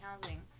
housing